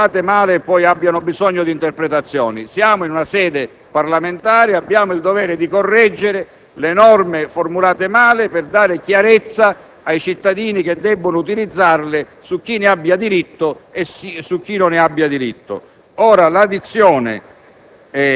che le norme siano formulate male e poi abbiano bisogno di interpretazioni. Siamo in una sede parlamentare e abbiamo il dovere di correggere le norme formulate male per dare chiarezza ai cittadini che debbono utilizzarle e comprendere chi abbia diritto